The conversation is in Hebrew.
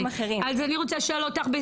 אז אני רוצה לשאול אותך,